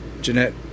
Jeanette